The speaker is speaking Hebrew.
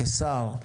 כשר?